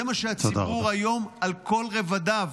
זה מה שהציבור היום על כל רבדיו,